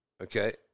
Okay